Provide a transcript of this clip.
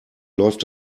läuft